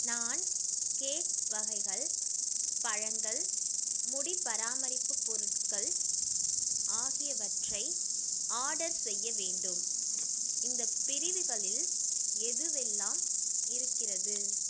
நான் கேக் வகைகள் பழங்கள் முடி பராமரிப்பு பொருட்கள் ஆகியவற்றை ஆர்டர் செய்ய வேண்டும் இந்த பிரிவுகளில் எதுவெல்லாம் இருக்கிறது